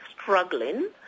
struggling